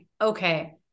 Okay